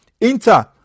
Inter